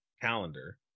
calendar